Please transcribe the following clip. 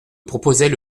proposait